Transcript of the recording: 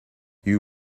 you